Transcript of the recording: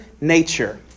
nature